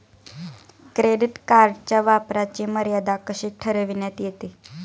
Credit कार्डच्या वापराची मर्यादा कशी ठरविण्यात येते?